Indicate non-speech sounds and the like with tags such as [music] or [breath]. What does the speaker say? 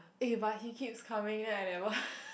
eh but he keeps coming back eh [breath]